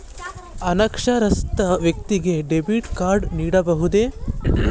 ಅನಕ್ಷರಸ್ಥ ವ್ಯಕ್ತಿಗೆ debit card ನೀಡಬಹುದೇ?